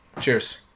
cheers